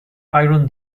iron